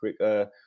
quick